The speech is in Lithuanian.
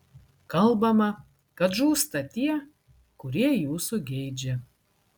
kalbama kad žūsta tie kurie jūsų geidžia